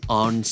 on